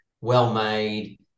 well-made